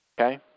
Okay